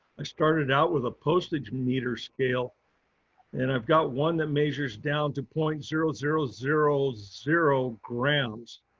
i started out with a postage meter scale and i've got one that measures down to point zero zero zero zero grams.